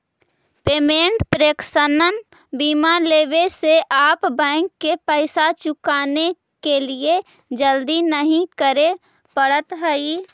payment protection बीमा लेवे से आप बैंक के पैसा चुकाने के लिए जल्दी नहीं करे पड़त हई